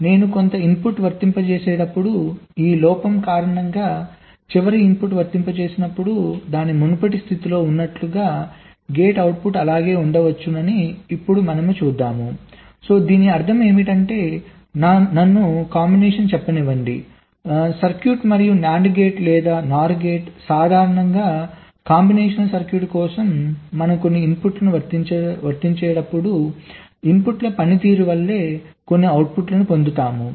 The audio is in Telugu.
నేను కొంత ఇన్పుట్ను వర్తించేటప్పుడు ఈ లోపం కారణంగా చివరి ఇన్పుట్ వర్తించినప్పుడు దాని మునుపటి స్థితిలో ఉన్నట్లుగానే గేట్ అవుట్పుట్ అలాగే ఉండవచ్చని ఇప్పుడు మనం చూద్దాం దీని అర్థం ఏమిటంటే నాకు కాంబినేషన్ చెప్పనివ్వండి సర్క్యూట్ మరియు NAND గేట్ లేదా NOR గేట్ సాధారణంగా కాంబినేషన్ సర్క్యూట్ కోసం మనము కొన్ని ఇన్పుట్లను వర్తించేటప్పుడు ఇన్పుట్ల పనితీరు వలె కొన్ని అవుట్పుట్లను పొందుతాము